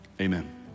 Amen